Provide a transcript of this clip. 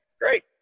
great